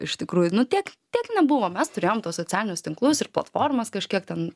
iš tikrųjų nu tiek tiek nebuvo mes turėjom tuos socialinius tinklus ir platformas kažkiek ten